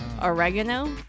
Oregano